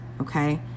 okay